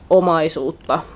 omaisuutta